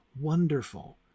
wonderful